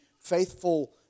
faithful